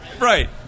Right